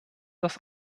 das